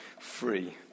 free